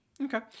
Okay